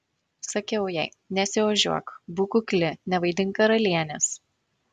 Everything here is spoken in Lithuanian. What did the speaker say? sakiau jai nesiožiuok būk kukli nevaidink karalienės